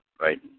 Right